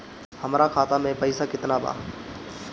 हमरा खाता में पइसा केतना बा?